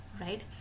right